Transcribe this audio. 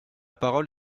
parole